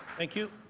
thank you.